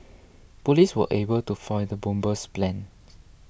police were able to foil the bomber's plans